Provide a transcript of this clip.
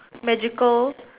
magical